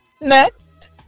Next